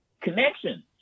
connection